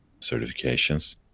certifications